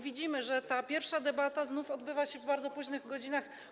Widzimy bowiem, że ta pierwsza debata znów odbywa się w bardzo późnych godzinach.